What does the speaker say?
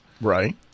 Right